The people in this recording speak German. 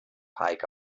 heike